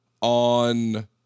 on